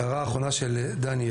לגבי ההערה האחרונה של דניאל,